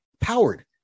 powered